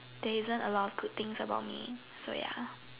there isn't a lot of good things about me so ya